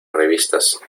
revistas